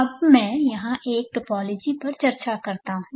अब मैं यहां एक और टोपोलॉजी पर चर्चा करता हूं